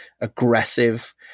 aggressive